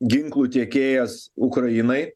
ginklų tiekėjas ukrainai